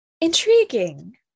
Intriguing